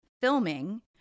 filming